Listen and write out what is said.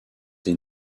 des